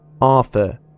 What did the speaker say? Arthur